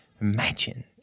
Imagine